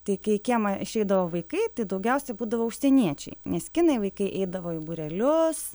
tai kai į kiemą išeidavo vaikai tai daugiausiai būdavo užsieniečiai nes kinai vaikai eidavo į būrelius